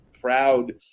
proud